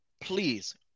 please